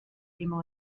immer